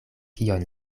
kion